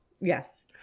Yes